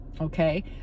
Okay